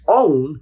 own